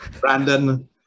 Brandon